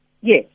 Yes